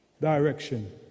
direction